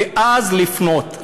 ואז לפנות.